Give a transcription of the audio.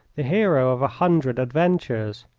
the hero of a hundred adventures.